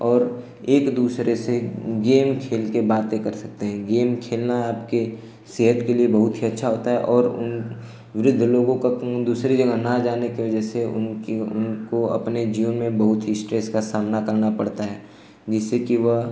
और एक दूसरे से गेम खेलकर बातें कर सकते हैं गेम खेलना आपकी सेहत के लिए बहुत ही अच्छा होता है और उन वृद्ध लोगों का दूसरी जगह न जाने की वज़ह से उनकी उनको अपने जीवन में बहुत ही स्ट्रेस का सामना करना पड़ता है जिससे कि वह